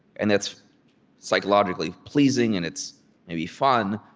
and that's psychologically pleasing, and it's maybe fun,